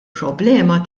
problema